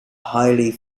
highly